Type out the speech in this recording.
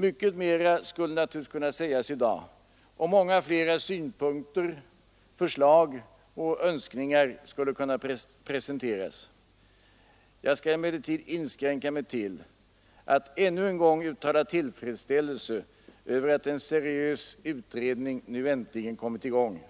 Mycket mer skulle naturligtvis kunna sägas i dag och många flera synpunkter, förslag och önskningar skulle kunna presenteras. Jag skall emellertid inskränka mig till att ännu en gång uttala tillfredsställelse över att en seriös utredning nu äntligen har kommit i gång.